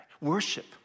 Worship